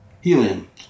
Helium